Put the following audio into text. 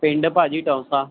ਪਿੰਡ ਭਾਜੀ ਟਾਉਂਸਾਂ